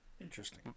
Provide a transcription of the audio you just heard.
interesting